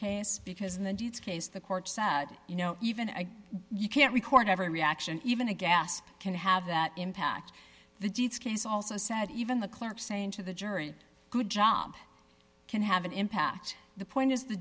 case because in the deeds case the court said you know even you can't record every reaction even a gasp can have that impact the deets case also said even the clerk saying to the jury good job can have an impact the point is the